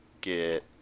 get